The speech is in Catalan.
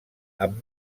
amb